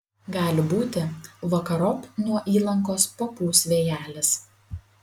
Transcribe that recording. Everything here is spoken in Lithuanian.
gali būti vakarop nuo įlankos papūs vėjelis